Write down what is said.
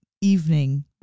evening